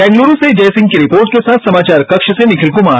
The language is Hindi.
बैंग्लुरू से जयसिंह की एक रिपोर्ट के साथ समाचार कक्ष से निखिल कुमार